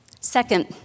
Second